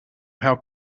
how